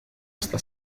esta